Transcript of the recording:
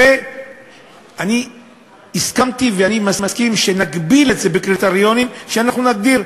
אני הסכמתי ואני מסכים שנגביל את זה בקריטריונים שאנחנו נגדיר.